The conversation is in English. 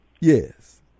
Yes